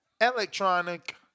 electronic